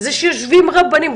זה שיושבים רבנים,